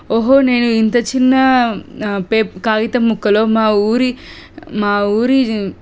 ఓహో నేను ఇంత చిన్న పేప్ కాగితం ముక్కలో మా ఊరి మా ఊరి